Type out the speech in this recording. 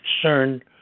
concerned